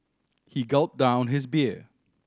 he gulped down his beer